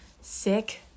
sick